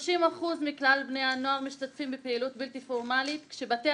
30% מכלל בני הנוער משתתפים בפעילות בלתי פורמלית כשבתי